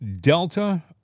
Delta